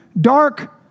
dark